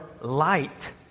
light